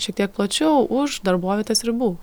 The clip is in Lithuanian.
šitiek plačiau už darbovietės ribų